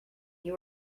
you